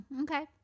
Okay